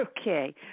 Okay